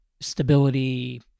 stability